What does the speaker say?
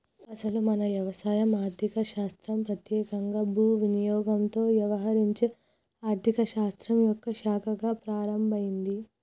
అసలు మన వ్యవసాయం ఆర్థిక శాస్త్రం పెత్యేకంగా భూ వినియోగంతో యవహరించే ఆర్థిక శాస్త్రం యొక్క శాఖగా ప్రారంభమైంది